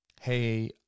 Hey